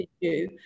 issue